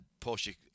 Porsche